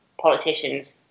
politicians